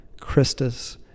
Christus